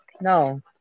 No